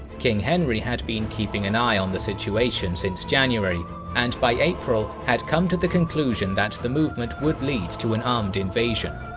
king henry had been keeping an eye on the situation since january and by april had come to the conclusion that the movement could lead to an armed invasion.